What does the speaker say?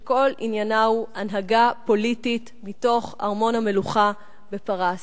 שכל עניינה הוא הנהגה פוליטית מתוך ארמון המלוכה בפרס.